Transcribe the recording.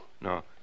No